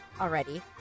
already